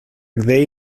they